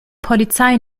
polizei